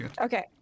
okay